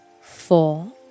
four